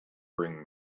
bring